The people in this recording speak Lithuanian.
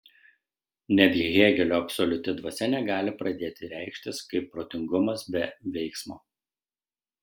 netgi hėgelio absoliuti dvasia negali pradėti reikštis kaip protingumas be veiksmo